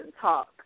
talk